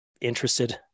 interested